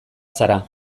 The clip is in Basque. zara